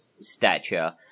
stature